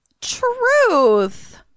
Truth